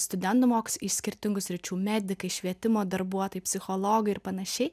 studentų mokosi iš skirtingų sričių medikai švietimo darbuotojai psichologai ir panašiai